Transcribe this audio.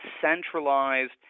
centralized